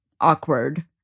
awkward